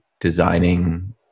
designing